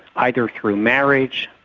either through marriage,